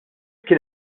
kien